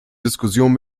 diskussionen